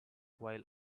while